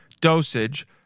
dosage